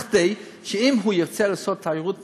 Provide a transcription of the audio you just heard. כדי שאם הוא ירצה לעשות תיירות מרפא,